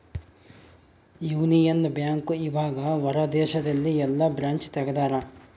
Union Bank ಇವಗ ಹೊರ ದೇಶದಲ್ಲಿ ಯೆಲ್ಲ ಬ್ರಾಂಚ್ ತೆಗ್ದಾರ